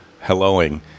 helloing